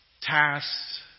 tasks